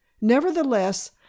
Nevertheless